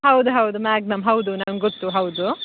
ಹೌದು ಹೌದು ಮ್ಯಾಗ್ನಮ್ ಹೌದು ನಂಗೆ ಗೊತ್ತು ಹೌದು